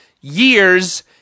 years